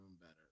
better